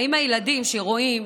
האם הילדים שרואים